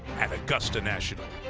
at augusta national.